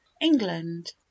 England